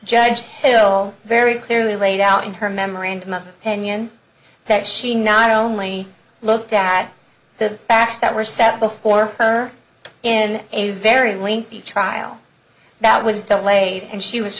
judge hill very clearly laid out in her memorandum of opinion that she not only looked at the facts that were set before her in a very lengthy trial that was delayed and she was